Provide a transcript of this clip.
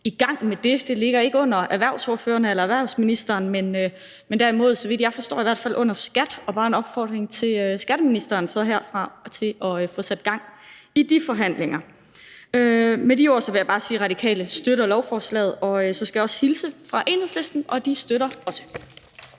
spilreklamer. Det ligger ikke hos erhvervsordførerne eller erhvervsministeren, men derimod, så vidt jeg i hvert fald forstår det, på skatteområdet, og herfra er der så bare en opfordring til skatteministeren til at få sat gang i de forhandlinger. Med de ord vil jeg bare sige, at Radikale støtter lovforslaget, og så skal jeg hilse fra Enhedslisten og sige, at de også